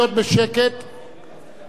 נא להיות בשקט כדי שלא נִטעה.